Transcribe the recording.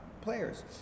players